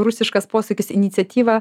rusiškas posakis iniciatyva